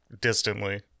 distantly